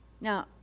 Now